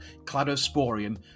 Cladosporium